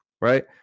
right